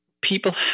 people